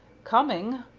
coming!